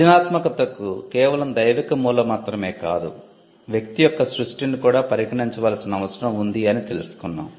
సృజనాత్మకతకు కేవలం దైవిక మూలం మాత్రమే కాదు వ్యక్తి యొక్క సృష్టిని కూడా పరిగణించవలసిన అవసరం ఉంది అని తెలుసుకున్నాం